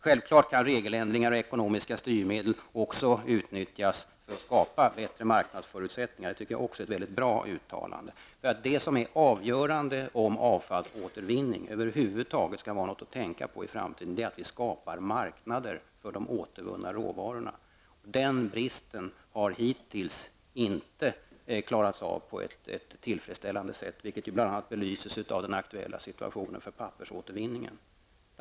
Självfallet kan regeländringar och ekonomiska styrmedel utnyttjas också för att skapa bättre marknadsförutsättningar. Det uttalandet tycker jag är mycket bra. Det avgörande för om avfallsåtervinning över huvud taget skall vara något att tänka på i framtiden är att vi skapar marknader för de återvunna råvarorna. Detta har hittills inte klarats på ett tillfredsställande sätt, vilket bl.a. belyses av den aktuella situationen för pappersåtervinningen.